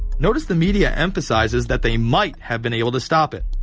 notice the media emphasizes that they might have been able to stop it.